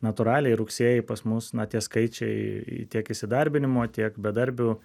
natūraliai rugsėjį pas mus na tie skaičiai tiek įsidarbinimo tiek bedarbių